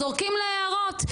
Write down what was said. זורקים לה הערות,